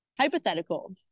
hypothetical